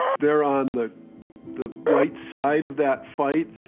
they're on the the right side of that fight.